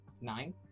Nine